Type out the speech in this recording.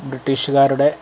ബ്രിട്ടീഷുകാരുടെ